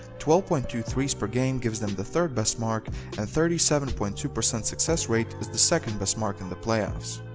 twelve point two threes per game gives them the third best mark and thirty seven point two success rate is the second best mark in the playoffs.